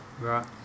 right